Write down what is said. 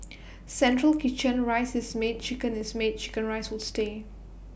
central kitchen rice is made chicken is made Chicken Rice will stay